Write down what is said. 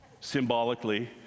symbolically